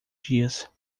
dias